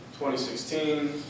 2016